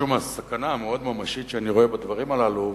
משום הסכנה המאוד-ממשית שאני רואה בדברים הללו.